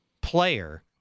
player